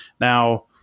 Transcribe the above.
Now